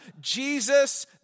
Jesus